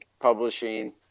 publishing